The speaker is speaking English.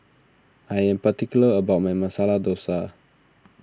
I am particular about my Masala Dosa